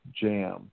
jam